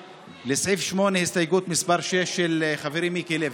לסעיף 8 יש הסתייגות מס' 6, של חברי מיקי לוי.